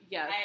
Yes